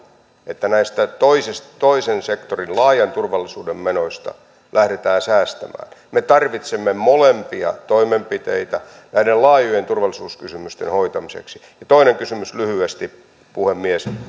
että näistä toisen sektorin laajan turvallisuuden menoista lähdetään säästämään me tarvitsemme molempia toimenpiteitä näiden laajojen turvallisuuskysymysten hoitamiseksi ja toinen kysymys lyhyesti puhemies